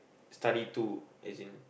study too as in